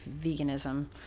veganism